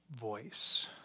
voice